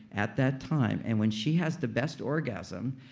at that time. and when she has the best orgasm,